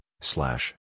slash